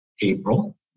April